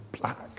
black